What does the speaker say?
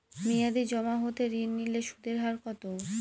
মেয়াদী জমা হতে ঋণ নিলে সুদের হার কত?